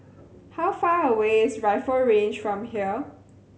how far away is Rifle Range from here